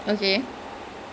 because